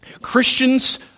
Christians